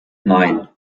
nein